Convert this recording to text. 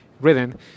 written